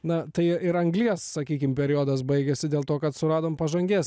na tai ir anglies sakykime periodas baigėsi dėl to kad suradome pažangias